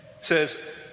says